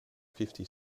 fifty